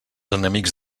enemics